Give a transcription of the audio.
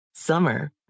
Summer